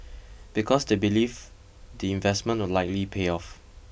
because they believe the investment will likely pay off